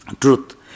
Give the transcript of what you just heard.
Truth